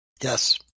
Yes